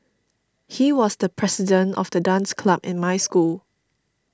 he was the president of the dance club in my school